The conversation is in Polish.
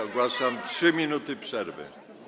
Ogłaszam 3 minuty przerwy.